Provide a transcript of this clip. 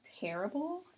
terrible